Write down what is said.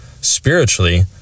spiritually